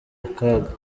akaga